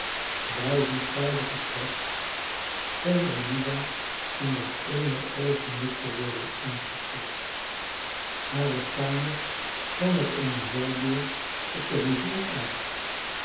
duizendvoudige kracht scheen eliza in dat eene oogenblik te worden ingestort hare kamer kwam met eene zijdeur op de rivier uit